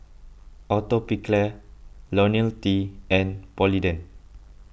Atopiclair Ionil T and Polident